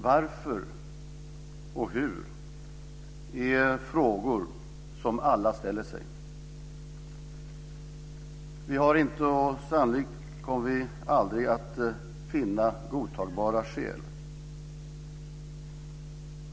Varför och hur är frågor som alla ställer sig. Vi har inte funnit och kommer sannolikt aldrig att finna godtagbara skäl.